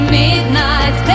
midnight